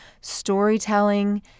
storytelling